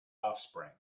offspring